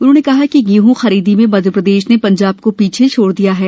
उन्होंने कहा कि गेंह खरीदी में मध्यप्रदेश ने पंजाब को पीछे छोड़ दिया है